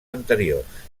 anteriors